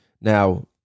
Now